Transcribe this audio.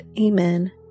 Amen